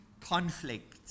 conflict